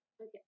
Okay